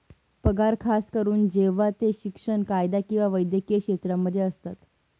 पगार खास करून जेव्हा ते शिक्षण, कायदा किंवा वैद्यकीय क्षेत्रांमध्ये असतात